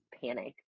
Panic